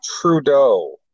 Trudeau